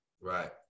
Right